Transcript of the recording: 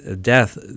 death